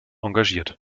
engagiert